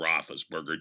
Roethlisberger